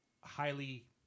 highly